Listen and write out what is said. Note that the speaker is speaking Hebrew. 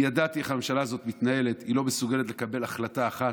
כי ידעתי איך הממשלה הזאת מתנהלת: היא לא מסוגלת לקבל החלטה אחת,